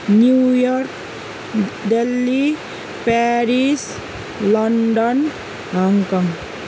New York Delhi Paris London Hong Kong